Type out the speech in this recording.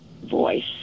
voice